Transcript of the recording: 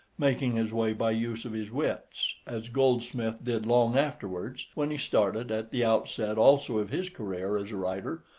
making his way by use of his wits, as goldsmith did long afterwards when he started, at the outset also of his career as a writer,